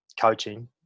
coaching